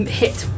hit